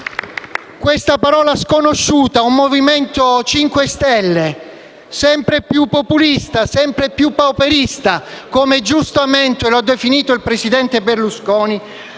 questa parola sconosciuta a un MoVimento 5 Stelle sempre più populista e pauperista, come giustamente lo ha definito il presidente Berlusconi,